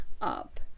up